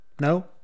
No